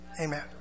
Amen